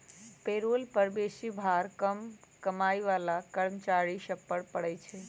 payroll कर बेशी भार कम कमाइ बला कर्मचारि सभ पर पड़इ छै